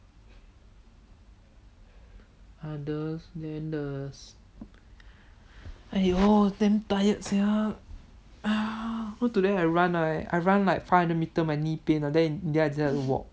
others then the !aiyo! damn tired sia so today I run right I run like five hundred metres my knee pain ah then in the end I decided to walk